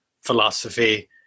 philosophy